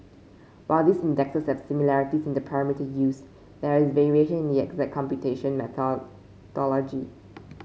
while these indexes similarities in the parameters used there is variation in the exact computation methodology